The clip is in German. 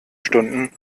stunden